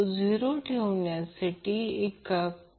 तर हे प्रत्यक्षात हे दोन रियल भाग आहेत